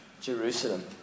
Jerusalem